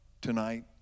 tonight